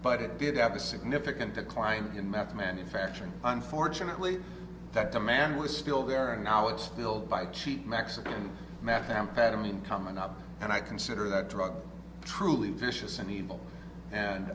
but it did have a significant decline in meth manufacturing unfortunately that demand was still there and now it's filled by cheap mexican methamphetamine coming up and i consider that drug truly vicious and evil and